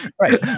Right